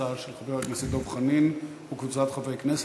הצעה של חבר הכנסת דב חנין וקבוצת חברי כנסת.